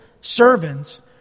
servants